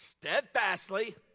steadfastly